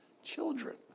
children